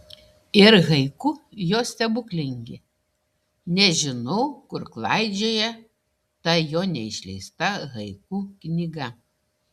ir haiku jo stebuklingi nežinau kur klaidžioja ta jo neišleista haiku knyga